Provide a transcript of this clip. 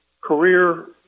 career